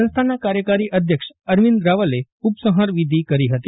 સંસ્થાના કાર્યકારી અધ્યક્ષ અરવિંદ રાવલે ઉપસંફાર વિધિ કરી ફતી